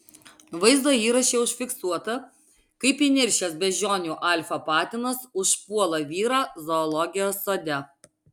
vaizdo įraše užfiksuota kaip įniršęs beždžionių alfa patinas užpuola vyrą zoologijos sode